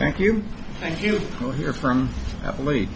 thank you thank you hear from me